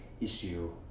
issue